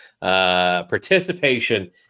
participation